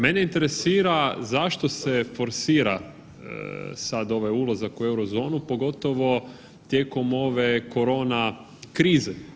Mene interesira zašto se forsira sad ovaj ulazak u Eurozonu, pogotovo tijekom ove korona krize.